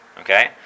okay